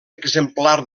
exemplar